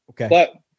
Okay